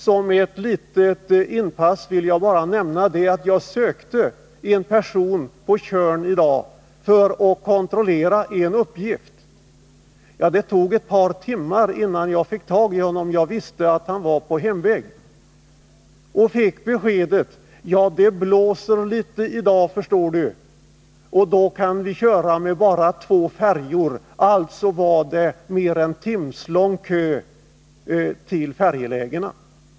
Som ett litet inpass i denna debatt vill jag nämna att jag i dag sökte en person på Tjörn för att kontrollera en uppgift. Det tog ett par timmar innan jag fick tag på honom, trots att jag visste att han var på hemväg. När jag nådde honom fick jag beskedet: ”Det blåser litet i dag, förstår du. Då kan vi bara köra med två färjor.” Det var således en mer än timslång kö till färjelägena.